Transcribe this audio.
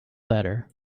better